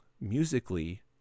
musically